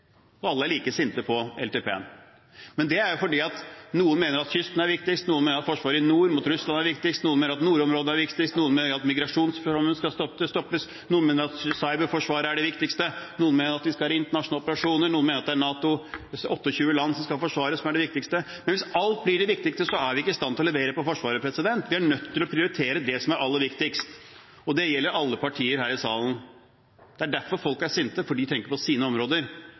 side. Alle protesterer, og alle er like sinte på langtidsplanen. Men det er fordi noen mener at kysten er viktigst, noen mener at forsvaret i nord mot Russland er viktigst, noen mener at nordområdene er viktigst, noen mener at migrasjonsstrømmen skal stoppes, noen mener cyberforsvaret er det viktigste, noen mener at vi skal være med i internasjonale operasjoner, noen mener at det viktigste er at NATOs 28 land skal forsvares, men hvis alt blir det viktigste, så er vi ikke i stand til å levere på Forsvaret. Vi er nødt til å prioritere det som er aller viktigst – og det gjelder alle partier her i salen. Det er derfor folk er sinte, for de tenker på sine områder,